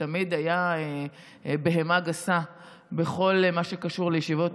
שתמיד היה בהמה גסה בכל מה שקשור לישיבות